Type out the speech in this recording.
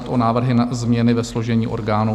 Návrh na změny ve složení orgánů